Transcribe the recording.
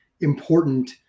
important